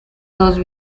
dos